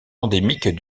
endémique